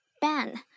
ben